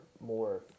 more